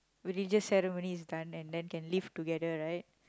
religious ceremony is done then can leave together right